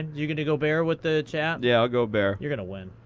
you're going to go bear with the chat? yeah, i'll go bear. you're going to win.